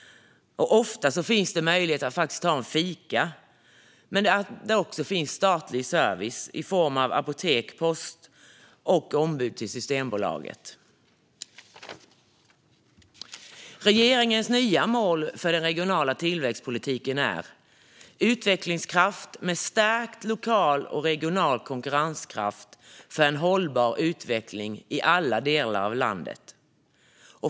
Ofta finns det möjlighet att ta en fika, men där finns också statlig service i form av apotek, post och ombud till Systembolaget. Regeringens nya mål för den regionala tillväxtpolitiken är utvecklingskraft med stärkt lokal och regional konkurrenskraft för en hållbar utveckling i alla delar av landet.